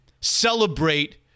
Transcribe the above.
celebrate